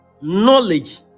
knowledge